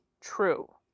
true